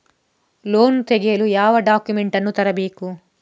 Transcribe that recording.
Loan ತೆಗೆಯಲು ಯಾವ documents ಅನ್ನು ತರಬೇಕು?